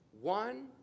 One